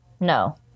No